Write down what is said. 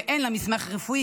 ואין לה מסמך רפואי,